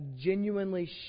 genuinely